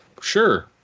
sure